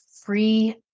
free